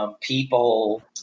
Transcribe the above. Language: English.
People